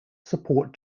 support